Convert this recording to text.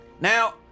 Now